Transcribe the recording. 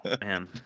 man